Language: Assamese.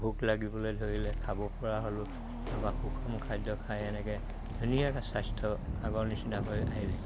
ভোক লাগিবলে ধৰিলে খাব পৰা সুষম খাদ্য খাই এনেকে ধুনীয়াকে স্বাস্থ্য আগৰ নিচিনা হৈ আহিলে